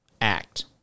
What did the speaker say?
act